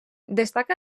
destaca